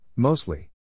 Mostly